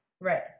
Right